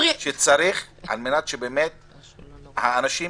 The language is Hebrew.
שצריך על מנת שהאנשים